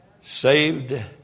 saved